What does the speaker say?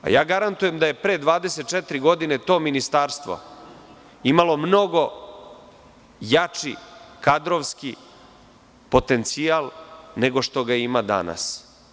Garantujem da je pre 24 godine to ministarstvo imalo mnogo jači kadrovski potencijal nego što ga ima danas.